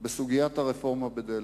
בסוגיית הרפורמה בדלק.